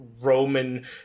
Roman